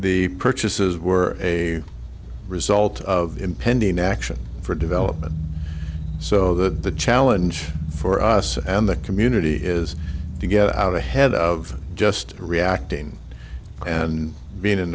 the purchases were a result of impending action for development so that the challenge for us and the community is to get out ahead of just reacting and being in